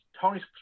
Tony